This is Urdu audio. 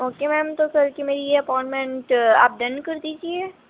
اوکے میم تو کل کی میری یہ اپائنمنٹ آپ ڈن کر دیجیے